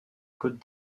côtes